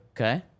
Okay